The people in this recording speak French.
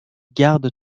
garde